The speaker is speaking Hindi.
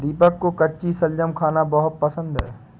दीपक को कच्ची शलजम खाना बहुत पसंद है